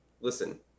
listen